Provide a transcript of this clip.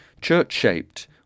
Church-shaped